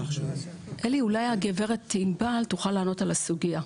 אולי הגברת ענבל תוכל לענות על הסוגייה?